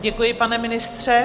Děkuji, pane ministře.